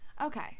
Okay